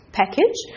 package